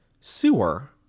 sewer